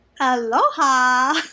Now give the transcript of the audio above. aloha